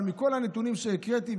אבל מכול הנתונים שהקראתי,